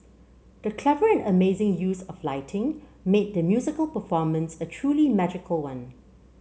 the clever and amazing use of lighting made the musical performance a truly magical one